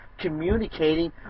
Communicating